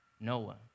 Noah